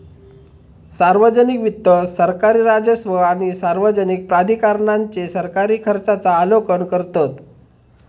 सार्वजनिक वित्त सरकारी राजस्व आणि सार्वजनिक प्राधिकरणांचे सरकारी खर्चांचा आलोकन करतत